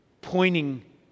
pointing